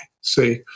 see